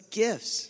gifts